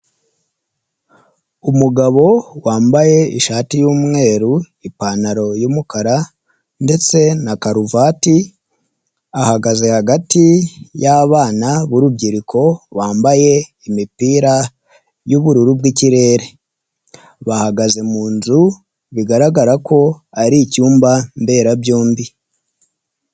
Umugabo wambaye ishati y'umweru, ipantaro y'umukara, ndetse na karuvati, ahagaze hagati y'abana b'urubyiruko bambaye imipira y'ubururu bw'ikirere, bahagaze mu nzu, bigaragara ko ari icyumba mberabyombi.